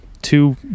two